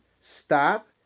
stop